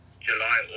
July